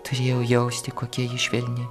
turėjau jausti kokia ji švelni